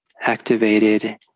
activated